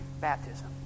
baptism